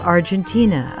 Argentina